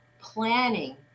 planning